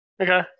okay